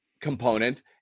component